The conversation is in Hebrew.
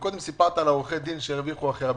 קודם על עורכי הדין שהרוויחו הכי הרבה,